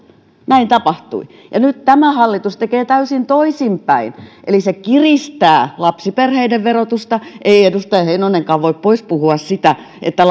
näin tapahtui ja nyt tämä hallitus tekee täysin toisinpäin eli se kiristää lapsiperheiden verotusta ei edustaja heinonenkaan voi pois puhua sitä että